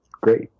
Great